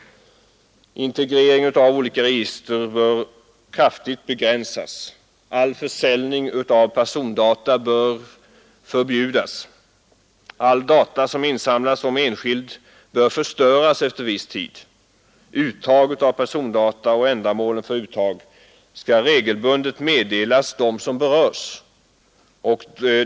Integrering av olika register bör kraftigt begränsas. All försäljning av persondata bör förbjudas. Alla 103 data som insamlas om enskild bör förstöras efter viss tid. Uttag av persondata och ändamålen för uttag skall regelbundet meddelas dem som berörs.